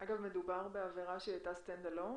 אגב, מדובר בעבירה שהייתה stand alone?